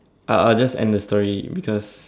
uh I'll just end the story because